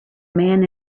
man